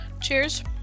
cheers